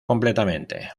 completamente